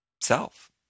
self